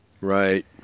Right